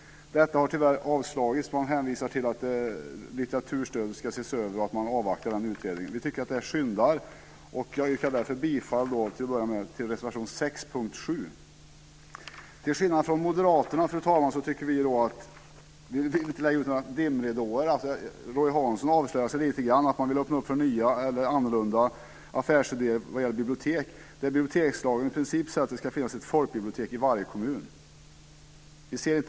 Detta har tyvärr avslagits. Man hänvisar till att litteraturstödet ska ses över och att man avvaktar den utredningen. Vi tycker att det här brådskar. Jag yrkar därför bifall till reservation 6 under punkt 7. Fru talman! Till skillnad från Moderaterna vill vi inte lägga ut några dimridåer. Roy Hansson avslöjar sig lite grann. Man vill öppna för nya, annorlunda affärsidéer när det gäller bibliotek. Bibliotekslagen säger i princip att det ska finnas ett folkbibliotek i varje kommun.